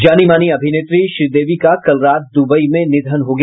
जानी मानी अभिनेत्री श्रीदेवी का कल रात दुबई में निधन हो गया